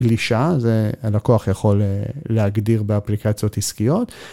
גלישה, זה הלקוח יכול להגדיר באפליקציות עסקיות.